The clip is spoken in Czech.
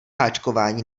háčkování